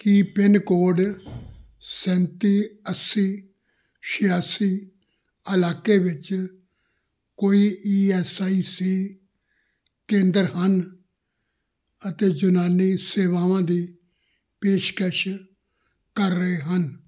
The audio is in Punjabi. ਕੀ ਪਿੰਨ ਕੋਡ ਸੈਂਤੀ ਅੱਸੀ ਛਿਆਸੀ ਇਲਾਕੇ ਵਿੱਚ ਕੋਈ ਈ ਐੱਸ ਆਈ ਸੀ ਕੇਂਦਰ ਹਨ ਅਤੇ ਯੂਨਾਨੀ ਸੇਵਾਵਾਂ ਦੀ ਪੇਸ਼ਕਸ਼ ਕਰ ਰਹੇ ਹਨ